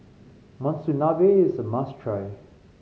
monsunabe is a must try